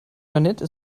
jeanette